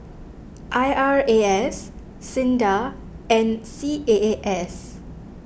I R A S Sinda and C A A S